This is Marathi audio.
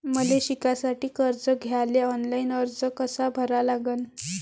मले शिकासाठी कर्ज घ्याले ऑनलाईन अर्ज कसा भरा लागन?